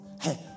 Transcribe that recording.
hey